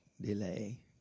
Delay